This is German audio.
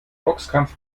boxkampf